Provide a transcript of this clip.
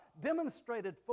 demonstrated